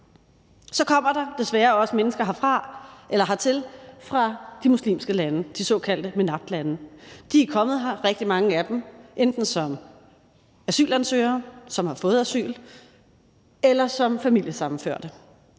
Så kommer der desværre også mennesker hertil fra de muslimske lande, de såkaldte MENAPT-lande. Rigtig mange af dem er kommet enten som asylansøgere, som har fået asyl, eller som familiesammenførte,